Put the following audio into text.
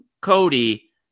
Cody